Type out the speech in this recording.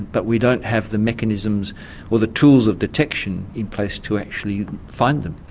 but we don't have the mechanisms or the tools of detection in place to actually find them.